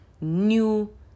new